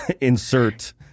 insert